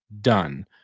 done